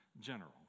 general